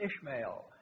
Ishmael